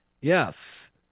Yes